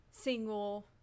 single